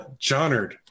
Johnard